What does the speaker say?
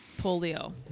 polio